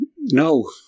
no